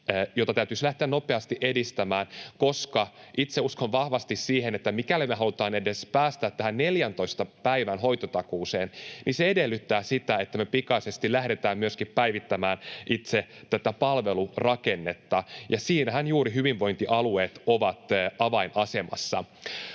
jota täytyisi lähteä nopeasti edistämään. Itse uskon vahvasti siihen, että mikäli me halutaan edes päästä tähän 14 päivän hoitotakuuseen, niin se edellyttää, että me pikaisesti lähdetään myöskin päivittämään itse tätä palvelurakennetta, ja siinähän juuri hyvinvointialueet ovat avainasemassa.